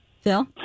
Phil